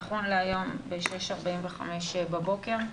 נכון להיום ב-06:45 בבוקר,